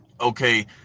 okay